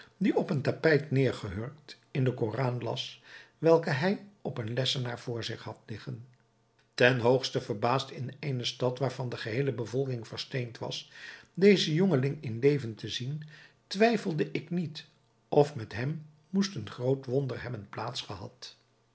die op een tapijt nedergehurkt in den koran las welken hij op een lessenaar voor zich had liggen ten hoogste verbaasd in eene stad waarvan de geheele bevolking versteend was dezen jongeling in leven te zien twijfelde ik niet of met hem moest een groot wonder hebben